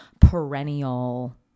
perennial